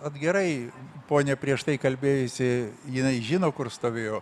ot gerai ponia prieš tai kalbėjusi jinai žino kur stovėjo